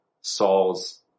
Saul's